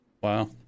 Wow